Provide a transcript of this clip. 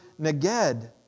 neged